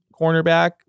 cornerback